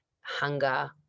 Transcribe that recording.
hunger